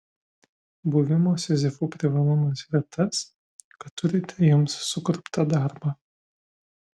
buvimo sizifu privalumas yra tas kad turite jums sukurptą darbą